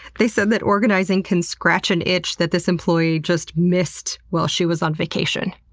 they said that organizing can scratch an itch that this employee just missed while she was on vacation.